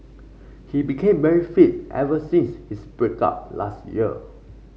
he became very fit ever since his break up last year